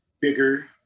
bigger